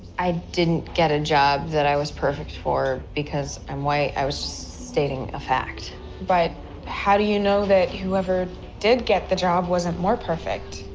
i didn't get a job that i was perfect for because i'm white. i was just stating a fact but how do you know that whoever did get the job wasn't more perfect?